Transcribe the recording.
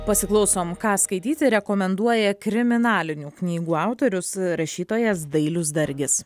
pasiklausom ką skaityti rekomenduoja kriminalinių knygų autorius rašytojas dailius dargis